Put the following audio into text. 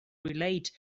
relate